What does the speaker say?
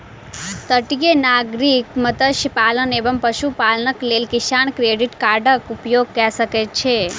तटीय नागरिक मत्स्य पालन एवं पशुपालनक लेल किसान क्रेडिट कार्डक उपयोग कय सकै छै